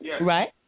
Right